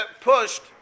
pushed